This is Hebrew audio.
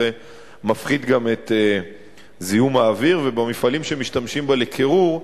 זה מפחית גם את זיהום האוויר ובמפעלים שמשתמשים בה לקירור,